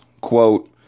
quote